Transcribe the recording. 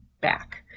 back